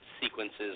sequences